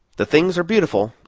the things are beautiful,